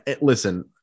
listen